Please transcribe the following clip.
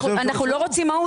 אנחנו לא רוצים מהות.